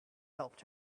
helped